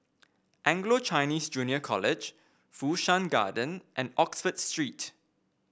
Anglo Chinese Junior College Fu Shan Garden and Oxford Street